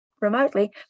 remotely